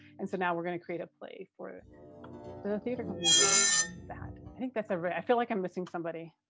and so now we're gonna create a play for the theater company based on that. i think that's everybody. ah i feel like i'm missing somebody,